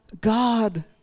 God